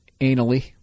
anally